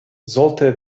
sollte